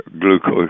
glucose